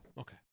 Okay